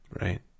Right